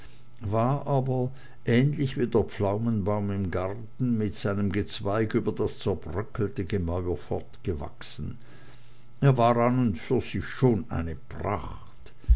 war aber ähnlich wie der pflaumenbaum im garten mit seinem gezweig über das zerbröckelte gemäuer fortgewachsen er war an und für sich schon eine pracht